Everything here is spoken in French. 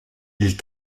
ils